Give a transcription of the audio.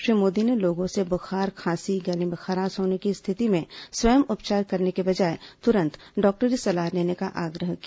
श्री मोदी ने लोगों से बुखार खांसी गले में खराश होने की स्थिति में स्वय उपचार करने के बजाय तुरंत डॉक्टरी सलाह लेने का आग्रह किया